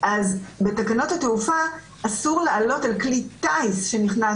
בתקנות התעופה אסור לעלות על כלי טיס שנכנס